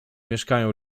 mieszkają